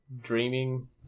dreaming